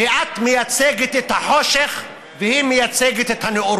שאת מייצגת את החושך והיא מייצגת את הנאורות.